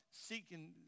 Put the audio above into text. seeking